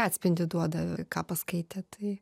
atspindį duoda ką paskaitė tai